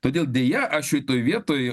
todėl deja aš šitoj vietoj